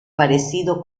parecido